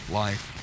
life